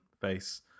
face